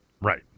Right